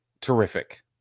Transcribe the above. terrific